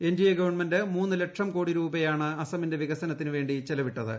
NDA government മൂന്ന് ലക്ഷം കോടി രൂപയാണ് അസമിന്റെ വികസനത്തിനുവേ ി ചെലവിട്ടത്